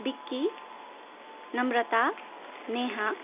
Vicky Namrata Neha